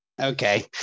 Okay